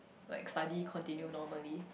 like study continue normally